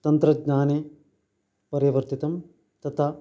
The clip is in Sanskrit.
तन्त्रज्ञाने परिवर्तितं तथा